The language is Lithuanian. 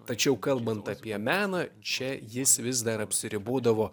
tačiau kalbant apie meną čia jis vis dar apsiribodavo